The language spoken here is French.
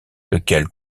lequel